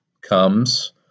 comes